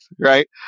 right